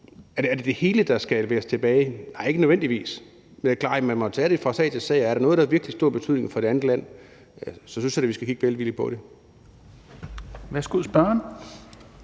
Er det det hele, der skal leveres tilbage? Nej, ikke nødvendigvis. Men det er jo klart, at man må tage det fra sag til sag, og er der noget, der har virkelig stor betydning for et andet land, så synes jeg da, at vi skal kigge velvilligt på det.